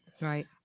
right